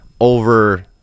over